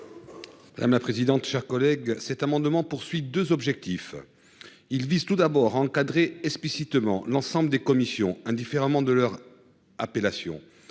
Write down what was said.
La ma présidente chers collègues cet amendement poursuit 2 objectifs. Il vise tout d'abord encadré explicitement l'ensemble des commissions indifféremment de leur appellation.